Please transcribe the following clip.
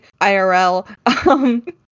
IRL